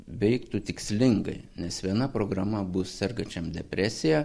veiktų tikslingai nes viena programa bus sergančiam depresija